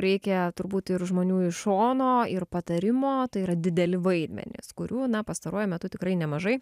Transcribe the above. reikia turbūt ir žmonių iš šono ir patarimo tai yra dideli vaidmenys kurių na pastaruoju metu tikrai nemažai